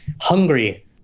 hungry